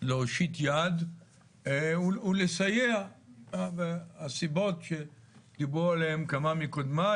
להושיט יד ולסייע והסיבות שדיברו עליהן כמה מקודמיי,